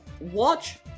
watch